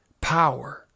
Power